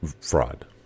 fraud